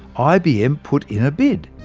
ibm put in a bid.